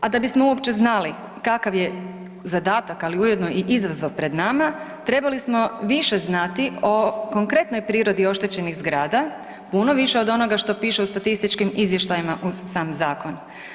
A da bismo uopće znali kakav je zadatak, ali ujedno i izazov pred nama trebali smo više znati o konkretnoj prirodi oštećenih zgrada, puno više od onoga što piše u statističkim izvještajima uz sam zakon.